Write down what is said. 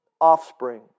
offspring